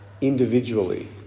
individually